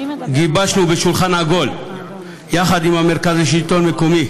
שגיבשנו בשולחן עגול יחד עם המרכז לשלטון מקומי,